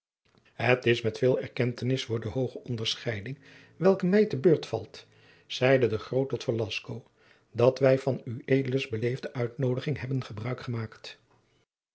het is met veel erkentenis voor de hooge onderscheiding welke mij te beurt valt zeide de groot tot velasco dat wij van ueds beleefde uitnoodiging hebben gebruik gemaakt